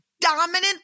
dominant